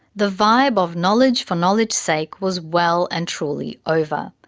the vibe of knowledge for knowledge sake was well and truly over.